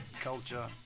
culture